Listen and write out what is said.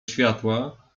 światła